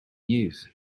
news